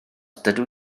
dydw